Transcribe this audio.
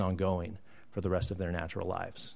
ongoing for the rest of their natural lives